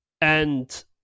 and-